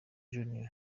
junior